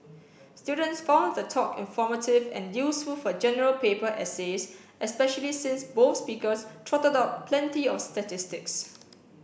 students found the talk informative and useful for General Paper essays especially since both speakers trotted out plenty of statistics